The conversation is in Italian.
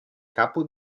capo